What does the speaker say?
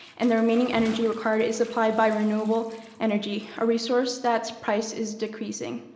and the remaining energy required is supplied by renewable energy, a resource that's price is decreasing.